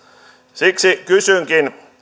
siksi kysynkin